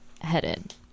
headed